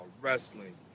wrestling